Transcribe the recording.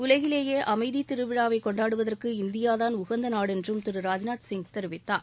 உலகிலேயே அமைதி திருவிழாவை கொண்டாடுவதற்கு இந்தியாதான் உகந்த நாடு என்றும் திரு ராஜ்நாத் சிங் தெரிவித்தார்